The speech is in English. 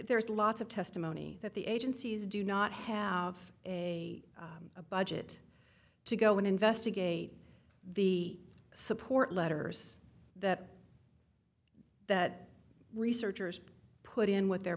there is lots of testimony that the agencies do not have a a budget to go and investigate the support letters that that researchers put in with their